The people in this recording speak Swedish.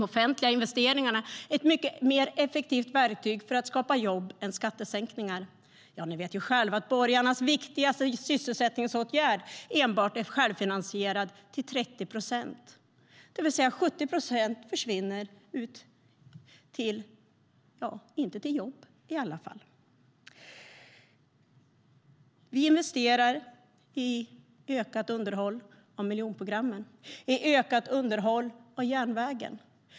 Offentliga investeringar är ett mycket mer effektivt verktyg för att skapa jobb än skattesänkningar. Ni vet själva att borgarnas viktigaste sysselsättningsåtgärd enbart är självfinansierad till 30 procent. Det betyder att 70 procent försvinner ut till vad? Ja, inte till jobb i alla fall. Vi investerar i ökat underhåll av miljonprogrammet och i ökat underhåll av järnvägen.